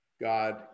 God